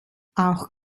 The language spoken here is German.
auch